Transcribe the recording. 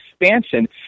expansion